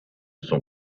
son